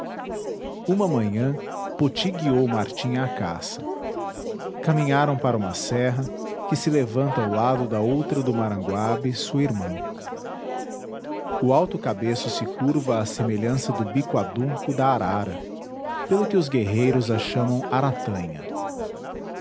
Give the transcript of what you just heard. uma manhã poti guiou martim à caça caminharam para uma serra que se levanta ao lado da outra do maranguab sua irmã o alto cabeço se curva à semelhança do bico adunco da arara pelo que os guerreiros a chamaram aratanha